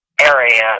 area